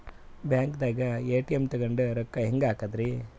ಬ್ಯಾಂಕ್ದಾಗ ಎ.ಟಿ.ಎಂ ತಗೊಂಡ್ ರೊಕ್ಕ ಹೆಂಗ್ ಹಾಕದ್ರಿ?